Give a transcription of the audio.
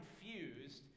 confused